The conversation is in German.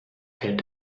hält